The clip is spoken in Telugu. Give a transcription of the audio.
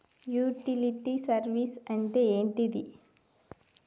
యుటిలిటీ సర్వీస్ అంటే ఏంటిది?